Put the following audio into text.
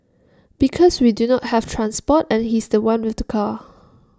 because we do not have transport and he's The One with the car